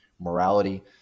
morality